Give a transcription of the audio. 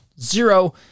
zero